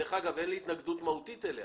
דרך אגב, אין לי התנגדות מהותית אליה.